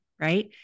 right